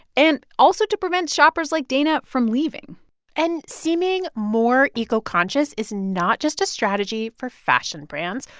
and also to prevent shoppers like dana from leaving and seeming more eco-conscious is not just a strategy for fashion brands.